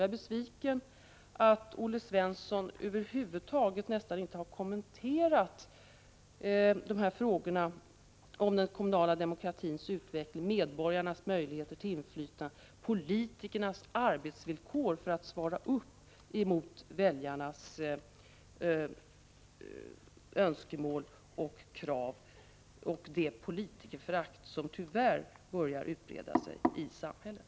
Jag är besviken på att Olle Svensson knappast alls har kommenterat frågorna om den kommunala demokratins utveckling, medborgarnas möjligheter till inflytande, politiker 19 nas arbetsvillkor för att svara upp mot väljarnas önskemål och krav och det politikerförakt som tyvärr börjar utbreda sig i samhället.